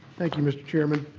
thank you, mr. chairman.